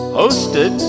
hosted